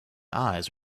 eyes